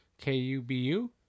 K-U-B-U